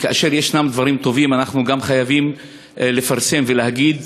גם כאשר יש דברים טובים אנחנו חייבים לפרסם ולהגיד.